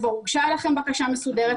כבר הוגשה לכם בקשה מסודרת,